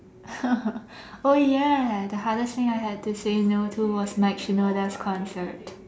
oh ya the hardest thing I had to say no to was Mike Shinoda's concert